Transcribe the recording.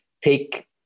take